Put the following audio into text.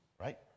right